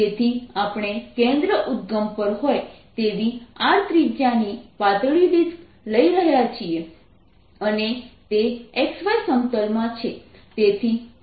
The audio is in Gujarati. તેથી આપણે કેન્દ્ર ઉદ્દગમ પર હોય તેવી R ત્રિજ્યાની પાતળી ડિસ્ક લઈ રહ્યા છીએ અને તે x y સમતલમાં છે